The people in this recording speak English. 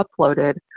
uploaded